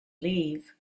leave